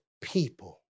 people